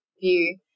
view